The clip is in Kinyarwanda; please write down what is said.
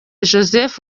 joseph